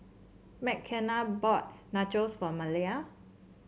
Mckenna bought Nachos for Maleah